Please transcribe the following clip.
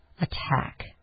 attack